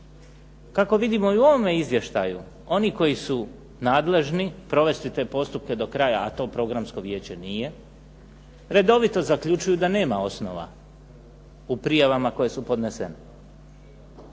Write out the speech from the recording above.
Kako vidimo i u ovome izvještaju oni koji su nadležni provesti te postupke do kraja, a to Programsko vijeće nije, redovito zaključuju da nema osnova u prijavama koje su podnesene.